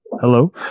Hello